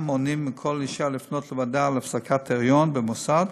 מונעים מכל אישה לפנות לוועדה להפסקת היריון במוסד,